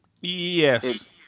Yes